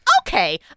Okay